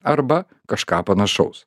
arba kažką panašaus